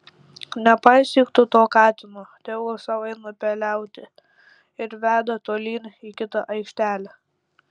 nepaisyk tu to katino tegul sau eina peliauti ir veda tolyn į kitą aikštelę